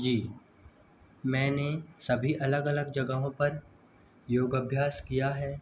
जी मैंने सभी अलग अलग जगहों पर योग अभ्यास किया है